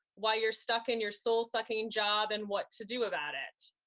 why you're stuck in your soul-sucking job and what to do about it.